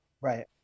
Right